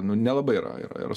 nu nelabai yra yra yra